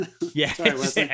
Yes